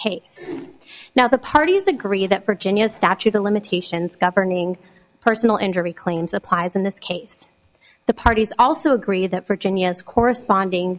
case now the parties agree that virginia statute of limitations governing personal injury claims applies in this case the parties also agree that virginia's corresponding